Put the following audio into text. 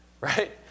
Right